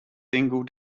single